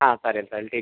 हां चालेल चालेल ठीक